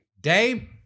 day